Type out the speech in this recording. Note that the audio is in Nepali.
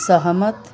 सहमत